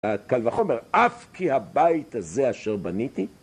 קל וחומר, אף כי הבית הזה אשר בניתי